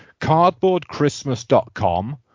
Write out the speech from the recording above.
cardboardchristmas.com